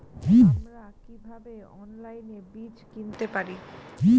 আমরা কীভাবে অনলাইনে বীজ কিনতে পারি?